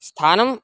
स्थानम्